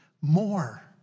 More